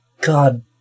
God